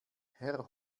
herr